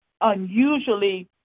unusually